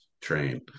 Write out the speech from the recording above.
train